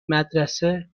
مدرسه